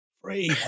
Free